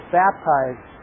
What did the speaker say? baptized